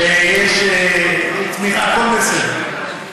הכול בסדר.